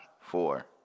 four